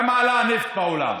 בכמה עלה הנפט בעולם?